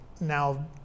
now